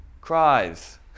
cries